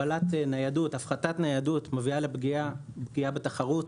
הפחתת ניידות מביאה לפגיעה בתחרות,